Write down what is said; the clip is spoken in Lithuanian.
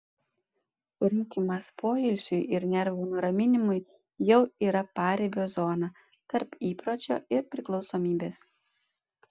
rūkymas poilsiui ir nervų nuraminimui jau yra paribio zona tarp įpročio ir priklausomybės